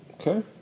Okay